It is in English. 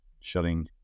shutting